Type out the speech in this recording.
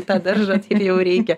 tą daržą jau reikia